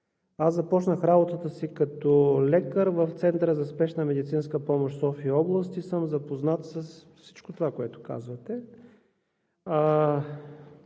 аз започнах работата си като лекар в Центъра за спешна медицинска помощ София-област и съм запознат с всичко това, което казвате.